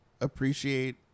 appreciate